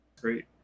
Great